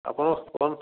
ଆପଣ ଫୋନ୍